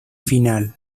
final